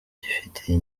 gifitiye